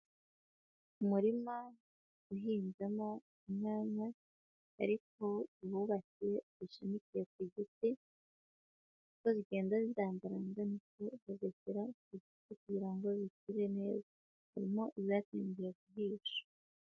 umurima uhingamo inyanya ariko ububakiye usunikiye ku giti, uko bigenda bita indamiko ikagashyira kukuta kugira ngo bikure neza, harimo izatangiye kusha.